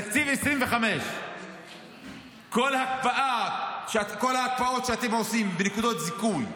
תקציב 2025,כל ההקפאות שאתם עושים בנקודות זיכוי,